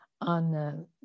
on